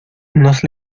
nos